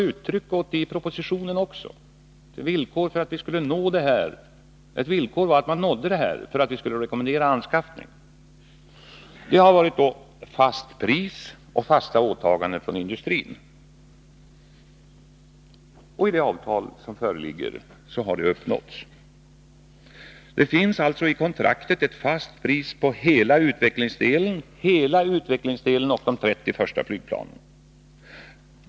Ett villkor för att vi skulle rekommendera anskaffning — som vi också gav uttryck för i propositionen — var att man uppnådde ett fast pris och fasta åtaganden från industrin, och i det avtal som föreligger har dessa mål uppnåtts. Det finns alltså i kontraktet ett fast pris på hela utvecklingsdelen och de 30 första flygplanen.